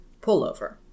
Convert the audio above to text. pullover